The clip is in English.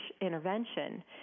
intervention